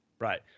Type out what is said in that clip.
Right